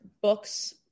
books